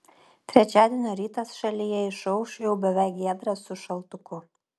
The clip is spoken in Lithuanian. trečiadienio rytas šalyje išauš jau beveik giedras su šaltuku